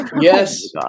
Yes